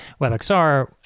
WebXR